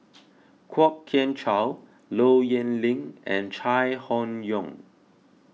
Kwok Kian Chow Low Yen Ling and Chai Hon Yoong